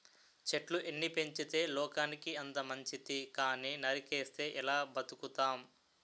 చెట్లు ఎన్ని పెంచితే లోకానికి అంత మంచితి కానీ నరికిస్తే ఎలా బతుకుతాం?